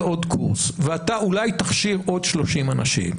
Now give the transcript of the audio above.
עוד קורס ואתה אולי תכשיר עוד 30 אנשים,